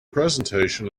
presentation